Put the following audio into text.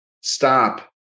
Stop